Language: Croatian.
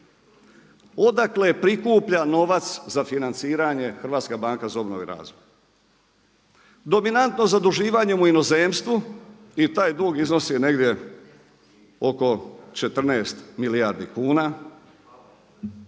Odakle prikuplja novac za financiranje Hrvatska banka za obnovu i razvoj? Dominantno zaduživanjem u inozemstvu i taj dug iznosi negdje oko 14 milijardi kuna.